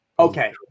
Okay